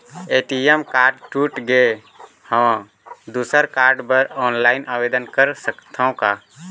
ATM card टूट गे हववं दुसर कारड बर ऑनलाइन आवेदन कर सकथव का?